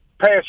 pass